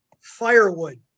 firewood